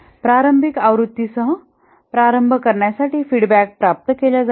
प्रारंभिक आवृत्तीसह प्रारंभ करण्यासाठी फीडबॅक प्राप्त केला जातो